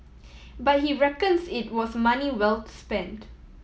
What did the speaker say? but he reckons it was money well spent